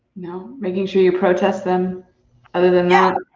no. making sure you protest them other than that.